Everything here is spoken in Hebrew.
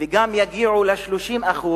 וגם יגיעו ל-30%,